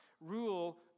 rule